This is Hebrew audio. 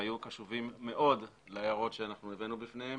היו קשובים מאוד להערות שהבאנו בפניהם